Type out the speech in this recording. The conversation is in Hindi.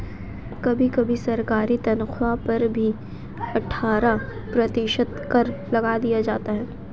कभी कभी सरकारी तन्ख्वाह पर भी अट्ठारह प्रतिशत कर लगा दिया जाता है